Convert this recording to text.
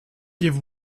give